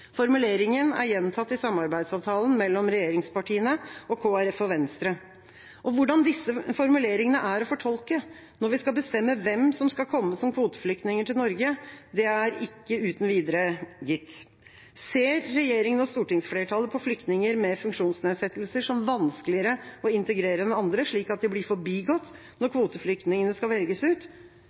Formuleringa er gjentatt i samarbeidsavtalen mellom regjeringspartiene, Kristelig Folkeparti og Venstre. Hvordan disse formuleringene er å fortolke når vi skal bestemme hvem som skal komme som kvoteflyktninger til Norge, er ikke uten videre gitt. Ser regjeringa og stortingsflertallet på flyktninger med funksjonsnedsettelser som vanskeligere å integrere enn andre, slik at de blir forbigått når kvoteflyktningene skal velges ut?